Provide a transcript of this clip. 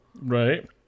Right